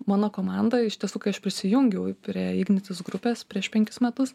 mano komanda iš tiesų kai aš prisijungiau prie ignitis grupės prieš penkis metus